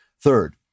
Third